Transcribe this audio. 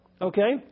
Okay